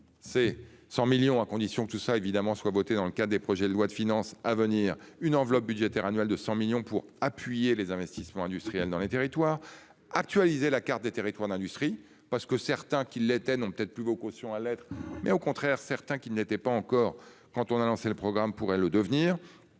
c'est 100 millions, à condition tout ça évidemment soit votée dans le cas des projets de loi de finances à venir une enveloppe budgétaire annuelle de 100 millions pour appuyer les investissements industriels dans les territoires actualiser la carte des territoires d'industrie parce que certains qu'il était non peut-être plus beau caution à être mais au contraire certains qui n'était pas encore quand on a lancé le programme pourrait le devenir.